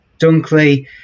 Dunkley